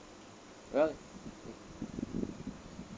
well